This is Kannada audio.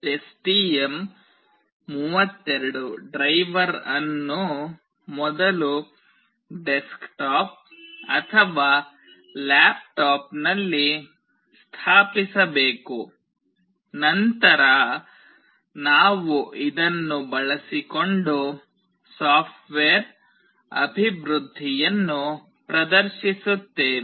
ಎಸ್ಟಿಎಂ32 ಡ್ರೈವರ್ ಅನ್ನು ಮೊದಲು ಡೆಸ್ಕ್ಟಾಪ್ ಅಥವಾ ಲ್ಯಾಪ್ಟಾಪ್ನಲ್ಲಿ ಸ್ಥಾಪಿಸಬೇಕು ನಂತರ ನಾವು ಇದನ್ನು ಬಳಸಿಕೊಂಡು ಸಾಫ್ಟ್ವೇರ್ ಅಭಿವೃದ್ಧಿಯನ್ನು ಪ್ರದರ್ಶಿಸುತ್ತೇವೆ